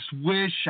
wish